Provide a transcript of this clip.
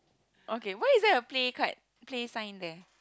okay why is there a play card play sign there